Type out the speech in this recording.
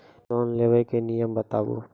Loan लेबे के नियम बताबू?